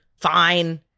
fine